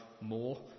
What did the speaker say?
more